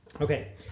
Okay